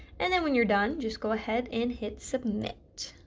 and then when you are done, just go ahead and hit submit.